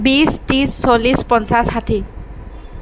বিছ ত্ৰিছ চল্লিছ পঞ্চাছ ষাঠি